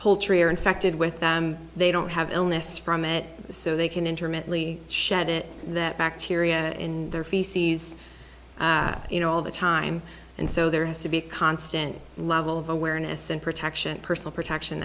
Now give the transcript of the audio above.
poultry are infected with that they don't have illness from it so they can intermittently shut it that bacteria in their feces you know all the time and so there has to be a constant level of awareness and protection personal protection